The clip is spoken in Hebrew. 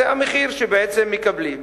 זה המחיר שבעצם מקבלים,